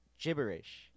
gibberish